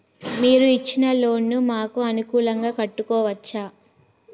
మీరు ఇచ్చిన లోన్ ను మాకు అనుకూలంగా కట్టుకోవచ్చా?